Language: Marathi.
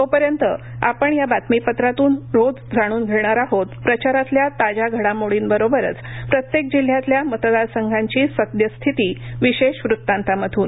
तोपर्यंत आपणे या बातमीत्रातून रोज जाणून घेणार आहोत प्रचारातल्या ताज्या घडामोडींबरोबरच प्रत्येक जिल्ह्यातल्या मतदारसंघांची सद्यस्थिती विशेष वृत्तांतातून